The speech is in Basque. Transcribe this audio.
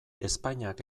ezpainak